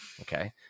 Okay